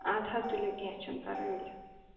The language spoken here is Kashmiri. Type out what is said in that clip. اَدٕ حظ تُلِو کیٚنٛہہ چھُنہ پَرٕواے ؤلِو